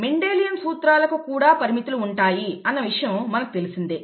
Mendelian సూత్రాలకు కూడా పరిమితులు ఉంటాయి అన్న విషయం మనకు తెలిసినదే